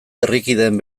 herrikideen